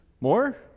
more